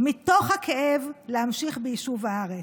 מתוך הכאב, ולהמשיך ביישוב הארץ.